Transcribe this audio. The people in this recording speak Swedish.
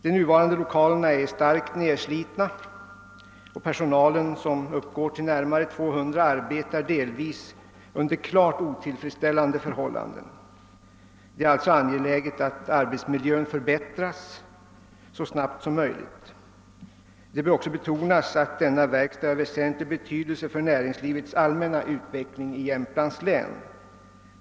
De nuvarande lokalerna är starkt nedslitna, och personalen som uppgår till närmare 200 anställda arbetar delvis under klart otillfredsställande förhållanden. Det är alltså angeläget att arbetsmiljön förbättras så snabbt som möjligt. Det bör också betonas att denna verkstad är av väsentlig betydelse för näringslivets allmänna utveckling i Jämtlands län.